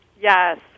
Yes